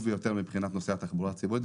ביותר מבחינת נוסעי התחבורה הציבורית.